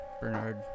Bernard